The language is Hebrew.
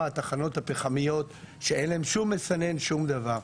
התחנות הפחמיות שאין להן שום מסנן ושום דבר.